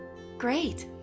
great!